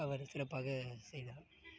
அவர் சிறப்பாக செய்தார்